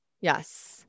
Yes